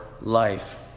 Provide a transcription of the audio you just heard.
life